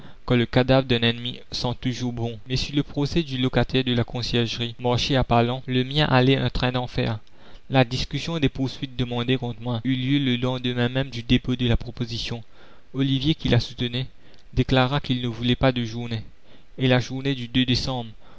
car le cadavre d'un ennemi sent toujours bon mais si le procès du locataire de la conciergerie marchait à pas lents le mien allait un train d'enfer la discussion des poursuites demandées contre moi eut lieu le lendemain même du dépôt de la proposition ollivier qui la soutenait déclara qu'il ne voulait pas de journées et la journée du décembre